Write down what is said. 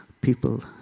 people